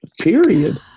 period